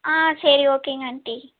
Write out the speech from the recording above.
ஆ சரி ஓகேங்க ஆண்ட்டி